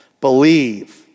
Believe